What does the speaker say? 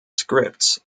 scripts